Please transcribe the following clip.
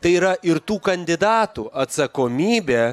tai yra ir tų kandidatų atsakomybė